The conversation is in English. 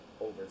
over